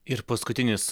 ir paskutinis